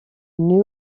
new